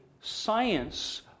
science